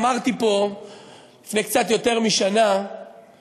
אמרתי פה לפני קצת יותר משנה שטיבי